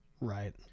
right